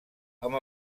amb